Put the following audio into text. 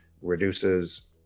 reduces